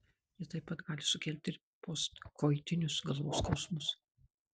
jie taip pat gali sukelti ir postkoitinius galvos skausmus